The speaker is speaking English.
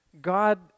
God